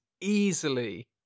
easily